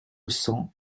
cents